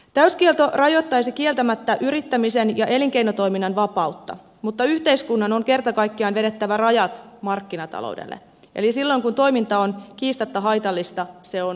täyskielto rajoittaisi kieltämättä yrittämisen ja elinkeinotoiminnan vapautta mutta yhteiskunnan on kerta kaikkiaan vedettävä rajat markkinataloudelle eli silloin kun toiminta on kiistatta haitallista se on mielestäni kiellettävä